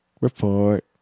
report